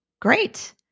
Great